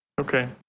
Okay